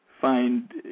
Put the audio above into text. find